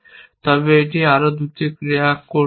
তবে এটি এখানে আরও দুটি ক্রিয়া করতে হবে